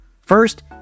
First